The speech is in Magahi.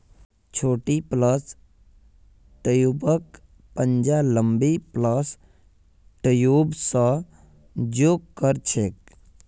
छोटी प्लस ट्यूबक पंजा लंबी प्लस ट्यूब स जो र छेक